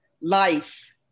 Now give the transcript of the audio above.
life